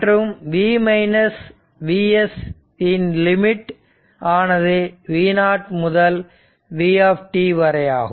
மற்றும் இன் லிமிட் ஆனது v0 முதல் v வரையாகும்